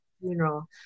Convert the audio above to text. funeral